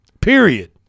period